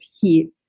heat